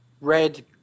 red